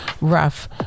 rough